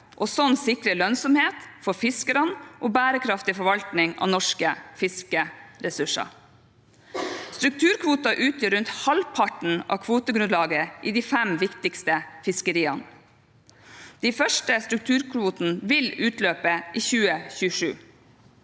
og slik sikre lønnsomhet for fiskerne og bærekraftig forvaltning av norske fiskeressurser. Strukturkvoter utgjør rundt halvparten av kvotegrunnlaget i de fem viktigste fiskeriene. De første strukturkvotene vil utløpe i 2027.